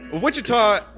Wichita